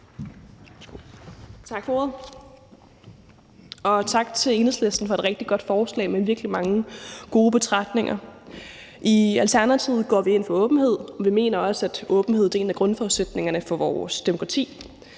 Tak for ordet, og tak til Enhedslisten for et rigtig godt forslag med virkelig mange gode betragtninger. I Alternativet går vi ind for åbenhed, og vi mener også, at åbenhed er en af grundforudsætningerne for vores demokrati.